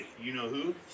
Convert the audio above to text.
you-know-who